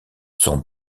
son